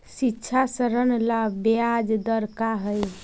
शिक्षा ऋण ला ब्याज दर का हई?